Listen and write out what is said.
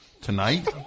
tonight